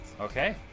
Okay